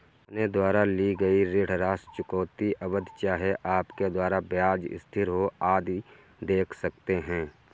अपने द्वारा ली गई ऋण राशि, चुकौती अवधि, चाहे आपका ब्याज स्थिर हो, आदि देख सकते हैं